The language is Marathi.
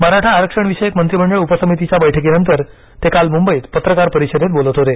मराठा आरक्षणविषयक मंत्रीमंडळ उपसमितीच्या बैठकीनंतर ते काल मुंबईत पत्रकार परिषदेत बोलत होते